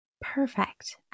Perfect